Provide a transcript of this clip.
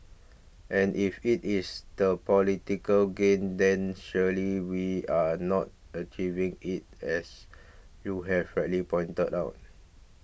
and if it is the political gain then surely we are not achieving it as you have rightly pointed out